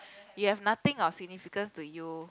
you have nothing of significance to you